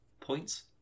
points